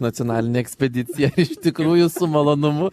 nacionalinė ekspedicija iš tikrųjų su malonumu